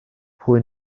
pwy